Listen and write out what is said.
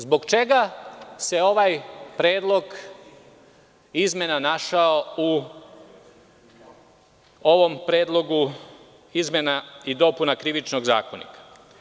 Zbog čega se ovaj predlog izmena našao u ovom predlogu izmena i dopuna Krivičnog zakonika?